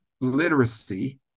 literacy